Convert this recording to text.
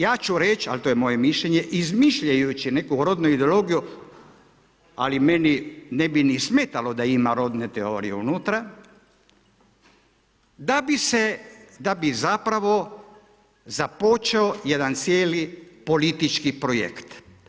Ja ću reći ali to je moje mišljenje izmišljajući neku rodnu ideologiju ali meni ne bi ni smetalo da ima rodne teorije unutra da bi zapravo započeo jedan cijeli politički projekt.